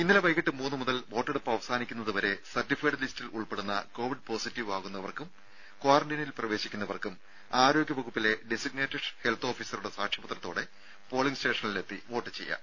ഇന്നലെ വൈകിട്ട് മൂന്നുമുതൽ വോട്ടെടുപ്പ് അവസാനിക്കുന്നത് വരെ സർട്ടിഫൈഡ് ലിസ്റ്റിൽ ഉൾപ്പെടുന്ന കോവിഡ് പോസിറ്റീവ് ആകുന്നവർക്കും ക്വാറന്റീനിൽ പ്രവേശിക്കുന്നവർക്കും ആരോഗ്യ ഡെസിഗ്നേറ്റഡ് വകുപ്പിലെ ഹെൽത്ത് ഓഫീസറുടെ സാക്ഷ്യപത്രത്തോടെ പോളിംഗ് സ്റ്റേഷനിലെത്തി വോട്ട് ചെയ്യാം